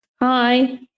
Hi